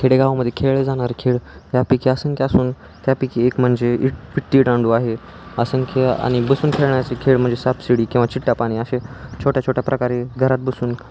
खेडेगावामध्येे खेळले जाणारे खेळ या पैकी आसन खेळ असून त्यापैकी एक म्हणजे इट विट्टीटांडू आहे आसन खेळ आणि बसून खेळण्याची खेळ म्हणजे सापसिडी किंवा चिट्टा पाणी असे छोट्या छोट्या प्रकारे घरात बसून